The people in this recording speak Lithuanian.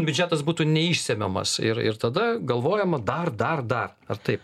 biudžetas būtų neišsemiamas ir ir tada galvojama dar dar dar ar taip